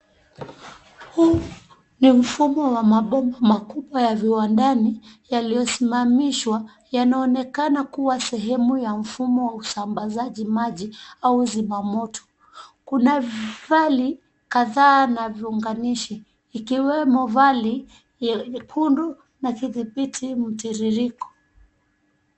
Huu ni mfumo wa mabomba makubwa ya viwandani yaliyosimamishwa yanaonekana kuwa sehemu ya mfumo wa usambazaji maji au zimamoto. Kuna vali kadhaa na viunganishi ikiwemo vali nyekundu na kidhibiti mtiririko.